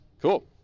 Cool